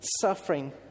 suffering